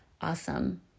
awesome